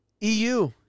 EU